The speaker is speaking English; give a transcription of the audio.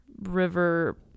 river